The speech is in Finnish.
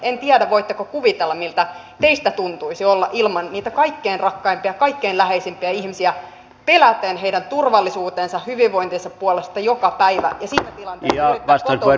en tiedä voitteko kuvitella miltä teistä tuntuisi olla ilman niitä kaikkein rakkaimpia kaikkein läheisimpiä ihmisiä peläten heidän turvallisuutensa ja hyvinvointinsa puolesta joka päivä ja siinä tilanteessa yrittää kotoutua uuteen maahan